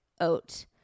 oat